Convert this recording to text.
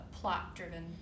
plot-driven